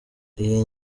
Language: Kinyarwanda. iyi